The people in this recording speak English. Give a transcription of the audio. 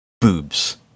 boobs